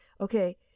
Okay